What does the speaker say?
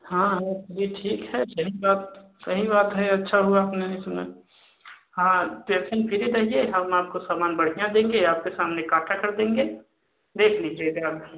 हाँ है ये ठीक है यही बात सही बात है अच्छा हुआ आपने नहीं सुना हाँ टेंसन फ्री भेजिए हम आपको सामान बढ़िया देंगे आपके सामने काँटा कर देंगे देख लीजिएगा आप